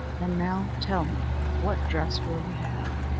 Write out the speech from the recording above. and now tell me what dress will you have?